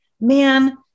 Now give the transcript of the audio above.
man